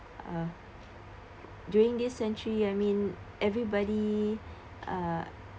uh during this century I mean everybody uh